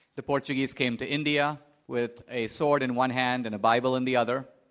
the portuguese came to india with a sword in one hand and a bible in the other.